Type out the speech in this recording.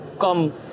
come